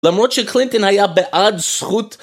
למרות שקלינטון היה בעד זכות